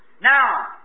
Now